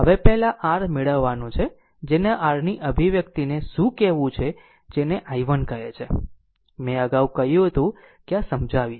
હવે પહેલા r મેળવવાનું છે જેને r ની અભિવ્યક્તિને શું કહેવું છે જેને i1 કહે છે મેં અગાઉ કહ્યું હતું કે આ સમજાવિશ